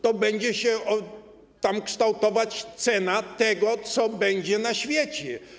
To tam będzie się kształtować cena tego, co będzie na świecie.